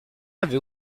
aviez